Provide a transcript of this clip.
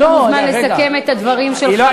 יש לך זמן לסכם את הדברים שלך במשפט.